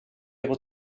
able